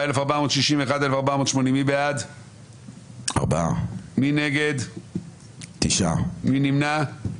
4 בעד, 9 נגד, 1 נמנע.